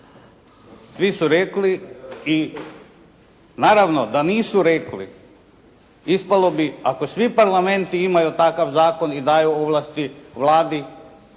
Svi su rekli i naravno da nisu rekli, ispalo bi ako svi parlamenti imaju takav zakon i daju ovlasti Vladi,